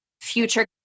future